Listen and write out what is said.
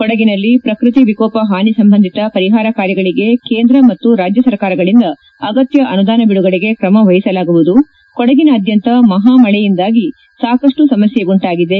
ಕೊಡಗಿನಲ್ಲಿ ಪ್ರಕೃತಿ ಎಕೋಪ ಹಾನಿ ಸಂಬಂಧಿತ ಪರಿಹಾರ ಕಾರ್ಯಗಳಿಗೆ ಕೇಂದ್ರ ಮತ್ತು ರಾಜ್ಯ ಸರ್ಕಾರಗಳಿಂದ ಅಗತ್ಯ ಅನುದಾನ ಬಿಡುಗಡೆಗೆ ತ್ರಮ ವಹಿಸಲಾಗುವುದು ಕೊಡಗಿನಾದ್ಯಂತ ಮಹಾ ಮಳೆಯಿಂದಾಗಿ ಸಾಕಷ್ಟು ಸಮಕ್ಕೆ ಉಂಟಾಗಿದೆ